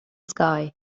sky